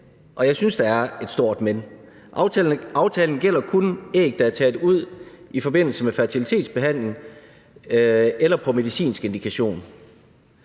og jeg synes, der er et stort men – aftalen gælder kun æg, der er taget ud i forbindelse med fertilitetsbehandling eller på en medicinsk indikation.